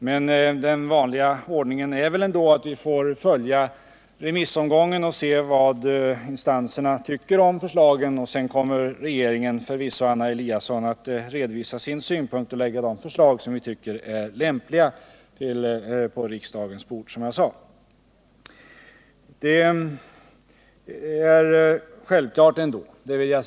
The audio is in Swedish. Men den vanliga ordningen är väl ändå att man först avvaktar remissomgången och ser vad remissinstanserna tycker om förslagen. Därefter kommer regeringen förvisso, Anna Eliasson, att redovisa sina synpunkter och att på riksdagens bord lägga fram de förslag som vi tycker är lämpliga.